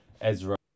Ezra